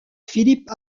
philippe